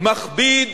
מכביד